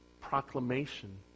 proclamation